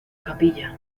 capilla